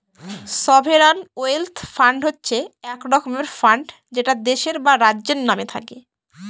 sovereign wealth fund হচ্ছে এক রকমের ফান্ড যেটা দেশের বা রাজ্যের নামে থাকে